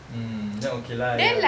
mm then okay lah ya